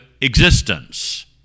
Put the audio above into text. existence